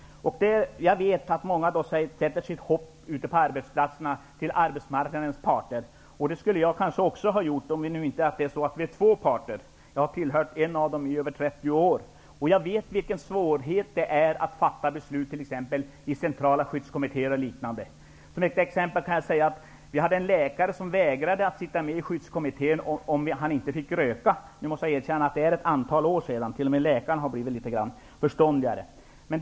Jag vet att många ute på arbetsplatserna sätter sitt hopp till arbetsmarknadens parter. Det skulle kanske jag också ha gjort om det inte vore så att det finns två parter. Jag har tillhört en av dem i över 30 år, och jag vet hur svårt det är att fatta beslut t.ex. i centrala skyddskommittéer. Som exempel kan jag nämna att vi hade en läkare som vägrade sitta med i skyddskommittén om han inte fick röka. Jag måste erkänna att det hände för ett antal år sedan. Nu har t.o.m. läkarna blivit litet förståndigare.